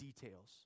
details